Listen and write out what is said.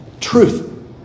truth